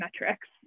metrics